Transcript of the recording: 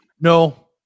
No